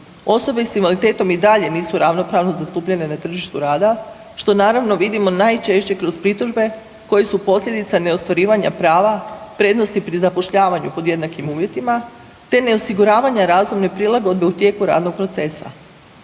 Osobe s invaliditetom i dalje nisu ravnopravno zastupljene na tržištu rada, što naravno vidimo najčešće kroz pritužbe koje su posljedica neostvarivanja prava prednosti pri zapošljavanju pod jednakim uvjetima te neosiguravanja razumne prilagodbe u tijeku radnog procesa.